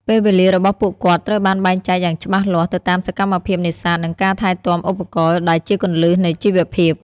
ពេលវេលារបស់ពួកគាត់ត្រូវបានបែងចែកយ៉ាងច្បាស់លាស់ទៅតាមសកម្មភាពនេសាទនិងការថែទាំឧបករណ៍ដែលជាគន្លឹះនៃជីវភាព។